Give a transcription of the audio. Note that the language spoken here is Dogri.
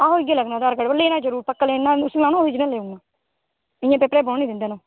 आं इयै लग्गना आधार कार्ड ते लैनां जरूर इयै लैनां इंया पेपरै ई बौह्न निं दिंदे न